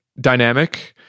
dynamic